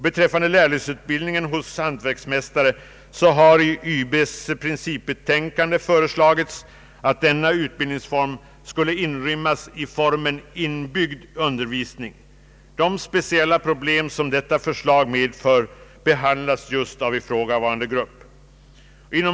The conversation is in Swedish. Beträffande lärlingsutbildningen hos hantverksmästare har i yrkesutbildningsberedningens principbetänkande föreslagits att denna utbildningsform skulle inrymmas i formen inbyggd undervisning. De speciella problem som detta förslag medför behandlas just av den ifrågavarande gruppen.